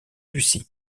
lucy